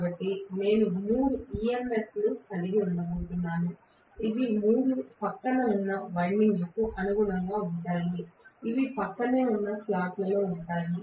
కాబట్టి నేను మూడు EMS లను కలిగి ఉండబోతున్నాను ఇవి మూడు ప్రక్కనే ఉన్న వైండింగ్లకు అనుగుణంగా ఉంటాయి ఇవి ప్రక్కనే ఉన్న స్లాట్లలో ఉంటాయి